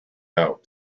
out